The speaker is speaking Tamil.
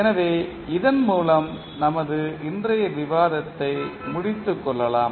எனவே இதன் மூலம் நமது இன்றைய விவாதத்தை முடித்துக் கொள்ளலாம்